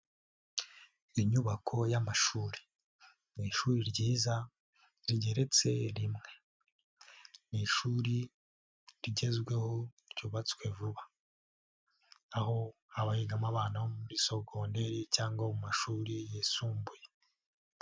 Inyubako y'amashuri, ni ishuri ryiza rigeretse rimwe, ni ishuri rigezweho ryubatswe vuba aho haba higamo abana bo muri sogonderi cyangwa mu mashuri yisumbuye.